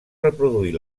reproduir